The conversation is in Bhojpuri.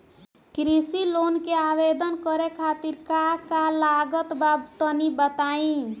कृषि लोन के आवेदन करे खातिर का का लागत बा तनि बताई?